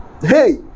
Hey